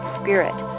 spirit